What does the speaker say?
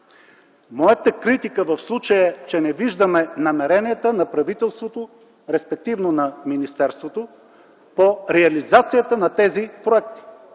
Моята критика в случая е, че не виждаме намеренията на правителството, респективно на министерството, по реализацията на тези проекти,